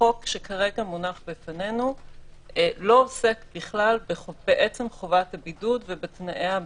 החוק שכרגע מונח בפנינו לא עוסק בכלל בעתם חובת הבידוד ובתנאי הבידוד,